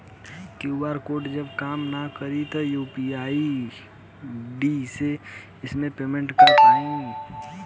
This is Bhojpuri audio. क्यू.आर कोड जब काम ना करी त यू.पी.आई आई.डी से कइसे पेमेंट कर पाएम?